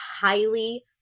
highly